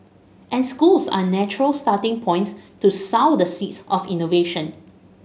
and schools are natural starting points to sow the seeds of innovation